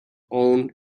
owen